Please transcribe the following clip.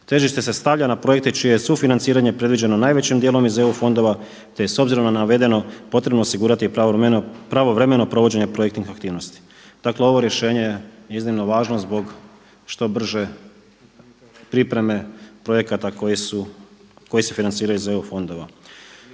Težište se stavlja na projekte čije je sufinanciranje predviđeno najvećim dijelom iz EU fondova te je s obzirom na navedeno potrebno osigurati pravovremeno provođenje projektnih aktivnosti. Dakle ovo rješenje je iznimno važno zbog što brže pripreme projekata koji se financiraju iz EU fondova.